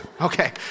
Okay